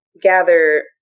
gather